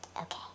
Okay